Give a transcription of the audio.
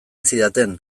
zidaten